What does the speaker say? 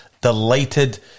Delighted